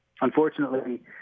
unfortunately